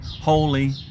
holy